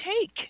take